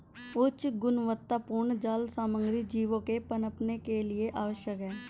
उच्च गुणवत्तापूर्ण जाल सामग्री जीवों के पनपने के लिए आवश्यक है